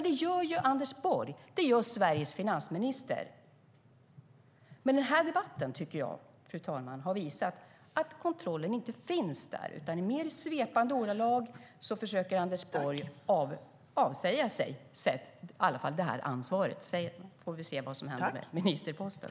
Det gör Anders Borg, Sveriges finansminister. Fru talman! Den här debatten har visat att kontrollen inte finns där. I mer svepande ordalag försöker Anders Borg avsäga sig i varje fall det här ansvaret. Sedan får vi se vad som händer med ministerposten.